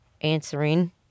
answering